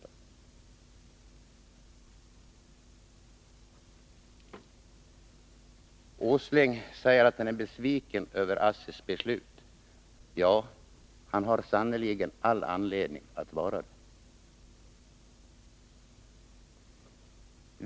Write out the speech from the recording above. Nils Åsling säger att han är besviken över ASSI:s beslut. Det har han sannerligen all anledning att vara.